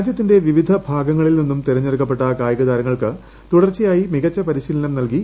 രാജ്യത്തിന്റെ വിവിധ ഭാഗങ്ങളിൽ നിന്നും തിരഞ്ഞെടുക്കപ്പെട്ട കായിക താരങ്ങൾക്ക് തുടർച്ചയായി മികച്ച പരിശീലനം നൽകി